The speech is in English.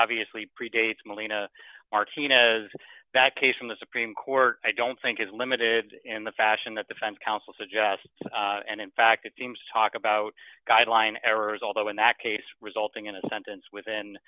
obviously pre dates molina martinez that case from the supreme court i don't think is limited in the fashion that defense counsel suggest and in fact it seems to talk about guideline errors although in that case resulting in a sentence